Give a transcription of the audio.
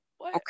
Okay